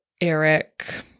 Eric